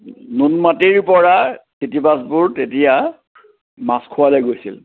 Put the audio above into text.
নুনমাটিৰ পৰা চিটি বাছবোৰ তেতিয়া মাছখোৱালৈ গৈছিল